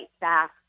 back